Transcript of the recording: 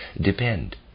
depend